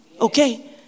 Okay